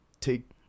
take